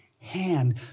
hand